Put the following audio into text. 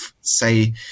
say